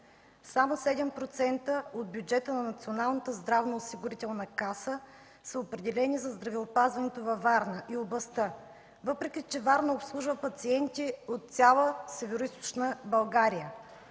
Само 7% от бюджета на Националната здравноосигурителна каса са определени за здравеопазването във Варна и областта, въпреки че Варна обслужва пациенти от цяла Североизточна България.